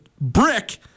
brick